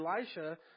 Elisha